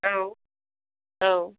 औ औ